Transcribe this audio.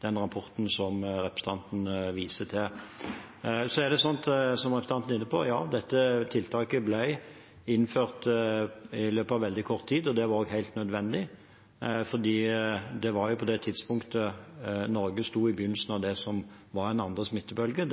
den rapporten som representanten viser til. Som representanten er inne på, ble dette tiltaket innført i løpet av veldig kort tid, og det var også helt nødvendig fordi det var på det tidspunktet Norge sto i begynnelsen av den andre smittebølgen.